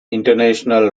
international